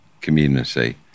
community